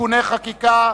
(תיקוני חקיקה)